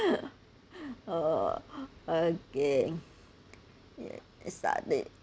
okay yes are this